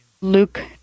Luke